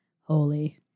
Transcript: holy